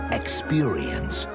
experience